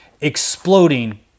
exploding